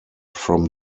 from